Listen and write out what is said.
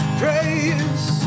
praise